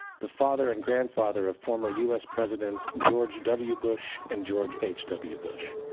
the father and grandfather of former us presidents george w. bush and george h. w. bush.